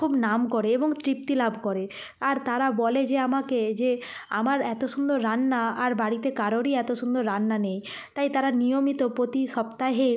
খুব নাম করে এবং তৃপ্তি লাভ করে আর তারা বলে যে আমাকে যে আমার এত সুন্দর রান্না আর বাড়িতে কারোরই এত সুন্দর রান্না নেই তাই তারা নিয়মিত প্রতি সপ্তাহে